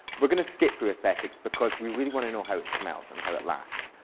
we're going to skip through ascetics because we really want to know how it smells and how it lasts.